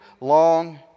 long